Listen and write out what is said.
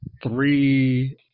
Three